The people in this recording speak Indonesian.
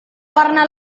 warna